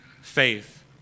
faith